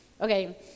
Okay